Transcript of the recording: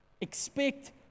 Expect